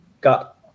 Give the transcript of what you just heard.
got